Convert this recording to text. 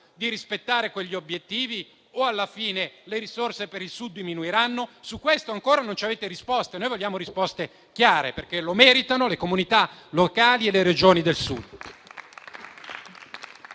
di rispettare quegli obiettivi? Oppure, alla fine, le risorse per il Sud diminuiranno? Su questo ancora non ci avete risposto. E noi vogliamo risposte chiare, perché lo meritano le comunità locali e le Regioni del Sud.